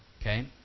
Okay